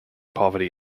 poverty